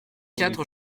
quatre